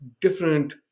different